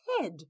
head